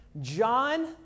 John